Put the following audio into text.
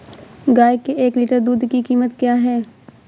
गाय के एक लीटर दूध की कीमत क्या है?